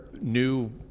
new